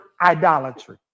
idolatry